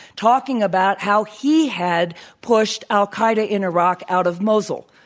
talking about how he had pushed al-qaeda in iraq out of mosul.